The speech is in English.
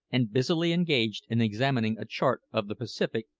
and busily engaged in examining a chart of the pacific,